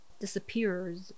disappears